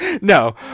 No